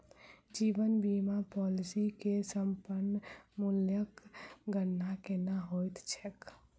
जीवन बीमा पॉलिसी मे समर्पण मूल्यक गणना केना होइत छैक?